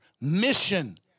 mission